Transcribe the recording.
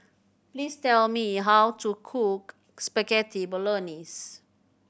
please tell me how to cook Spaghetti Bolognese